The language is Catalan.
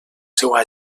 seua